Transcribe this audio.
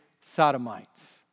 sodomites